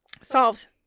Solved